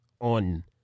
on